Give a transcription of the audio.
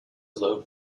low